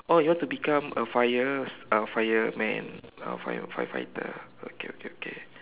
oh you want to become a fire uh fireman oh fire fire fighter okay okay okay